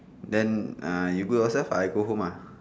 then uh you go yourself I go home ah